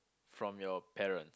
from your parent